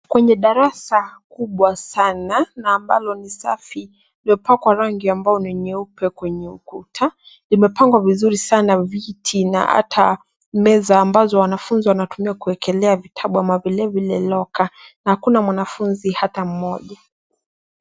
Kwenye darasa kubwa sana na ambalo ni safi iliyopakwa rangi ambayo ni nyeupe kwenye ukuta. Imepangwa vizuri sana viti na meza ambazo wanafunzi wanatumia kuelekea vitabu au vile vile loka. Hakuna mwanafunzi hata mmoja.